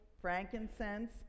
frankincense